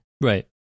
Right